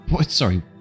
Sorry